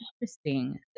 interesting